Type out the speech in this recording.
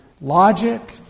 logic